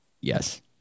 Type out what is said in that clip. Yes